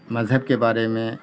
مذہب کے بارے میں